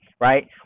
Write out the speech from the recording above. right